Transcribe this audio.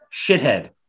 shithead